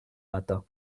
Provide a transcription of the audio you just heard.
matin